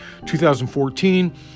2014